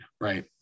right